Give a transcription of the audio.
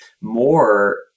more